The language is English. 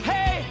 Hey